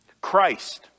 Christ